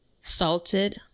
Salted